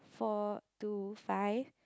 four two five